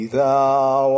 thou